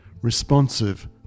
responsive